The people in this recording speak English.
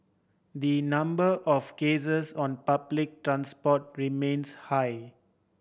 the number of cases on public transport remains high